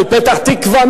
מפתח-תקווה,